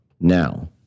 Now